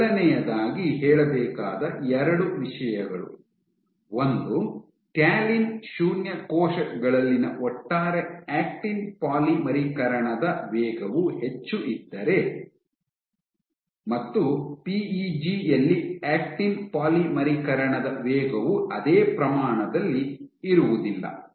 ಮೊದಲನೆಯದಾಗಿ ಹೇಳಬೇಕಾದ ಎರಡು ವಿಷಯಗಳು ಒಂದು ಟ್ಯಾಲಿನ್ ಶೂನ್ಯ ಕೋಶಗಳಲ್ಲಿನ ಒಟ್ಟಾರೆ ಆಕ್ಟಿನ್ ಪಾಲಿಮರೀಕರಣದ ವೇಗವು ಹೆಚ್ಚು ಇದ್ದರೆ ಮತ್ತು ಪಿಇಜಿ ಯಲ್ಲಿ ಆಕ್ಟಿನ್ ಪಾಲಿಮರೀಕರಣದ ವೇಗವು ಅದೇ ಪ್ರಮಾಣದಲ್ಲಿ ಇರುವುದಿಲ್ಲ